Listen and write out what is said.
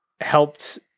helped –